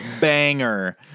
banger